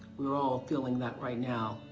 we're all feeling that right now.